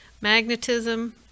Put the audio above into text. magnetism